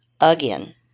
Again